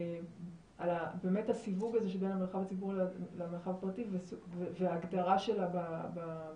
על הסיווג הזה בין המרחב הציבורי למרחב הפרטי וההגדרה שלה במרחב